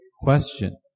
question